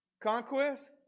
conquest